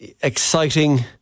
exciting